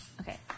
Okay